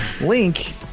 link